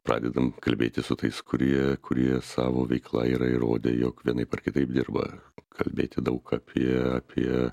pradedam kalbėti su tais kurie kurie savo veikla yra įrodę jog vienaip ar kitaip dirba kalbėti daug apie apie